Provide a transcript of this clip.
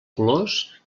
colors